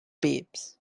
babes